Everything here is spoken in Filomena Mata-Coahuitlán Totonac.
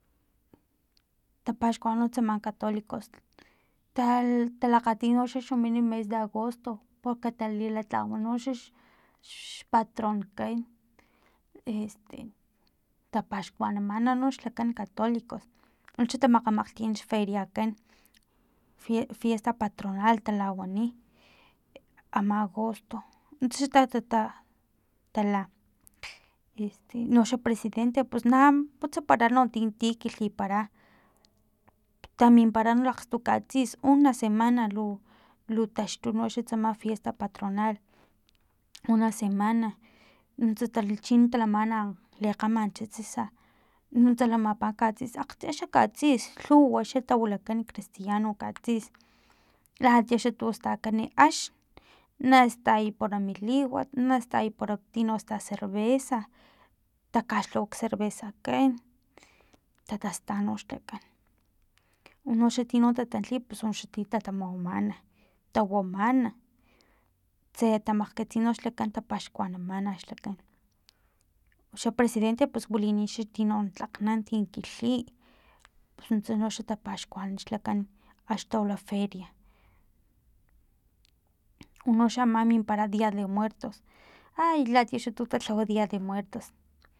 Tapaxkuanan no tsama katolicos ta talakgatino axi xa mini mes de agosto porque talilatlawan noxax patronkan este tapaxkuanamana lakan catolicos akxni tamakgamaktin feriakan fi fiesta patronal talawani e ama agosto nuntsa xa tata tala unoxa para presidente pus na putsapara tino ti kilhipara taminpara lakgstu katsis una semana lu lutaxtu no tsama fiesta patronal una semana nuntsa chin talamana lekgaman xa tsisa nuntsa lamapa xa katsis akgche xa katsis lhuwa xa tawilakan cristaiano katsis latia xa tustakan ax nastay para i liway nastay para tino sta cervesa takaxlhawa xcervesakan takasta noxaxlakan unoxa tino tatantli pus unoxa tino tatamawamana tawamana tse tamakgkatsi noxlakan tapaxkuanamana xlakan uxa presidente pus wilini noxa tino tlaknan ti kilhi pus nuntsa noxa tapaxkuanan xlakan axni tawila feria unoxa mimpara dia de muertos ay latia tuxa talhawa dia de muertos